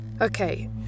Okay